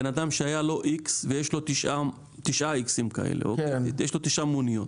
בן אדם שהיה לו X, ויש לו 9X, יש לו תשע מוניות,